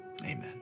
amen